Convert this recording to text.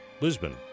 Lisbon